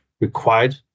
required